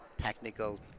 technical